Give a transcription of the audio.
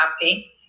happy